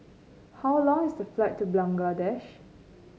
how long is the flight to Bangladesh